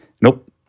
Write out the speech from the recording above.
Nope